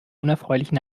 unerfreulichen